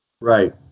Right